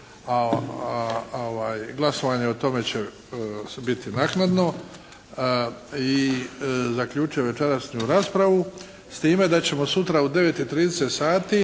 A glasovanje o tome će biti naknadno. I zaključuje večerašnju raspravu s time da ćemo sutra u 9,30 sati